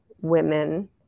women